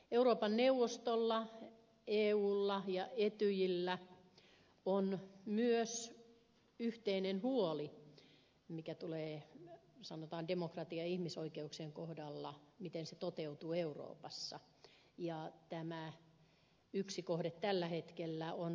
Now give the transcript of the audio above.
euroopan neuvostolla eulla ja etyjillä on myös yhteinen huoli mitä tulee sanotaan demokratiaan ja ihmisoikeuksiin siihen miten ne toteutuvat euroopassa ja yksi kohde tällä hetkellä on valko venäjä